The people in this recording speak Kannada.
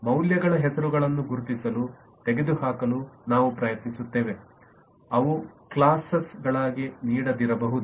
ಮೌಲ್ಯಗಳ ಹೆಸರುಗಳನ್ನು ಗುರುತಿಸಲು ತೆಗೆದುಹಾಕಲು ನಾವು ಪ್ರಯತ್ನಿಸುತ್ತೇವೆ ಅವು ಕ್ಲಾಸೆಸ್ ಗಳಾಗಿ ನೀಡದಿರಬಹುದು